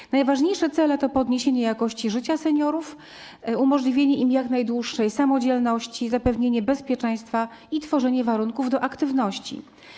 Ich najważniejsze cele to podniesienie jakości życia seniorów, umożliwienie im jak najdłuższej samodzielności, zapewnienie bezpieczeństwa i tworzenie warunków do podejmowania aktywności.